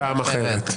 לפעם אחרת.